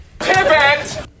Pivot